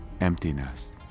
emptiness